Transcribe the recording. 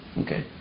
Okay